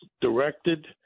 directed